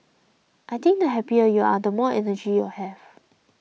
I think the happier you are the more energy you have